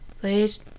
Please